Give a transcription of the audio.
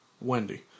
Wendy